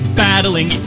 battling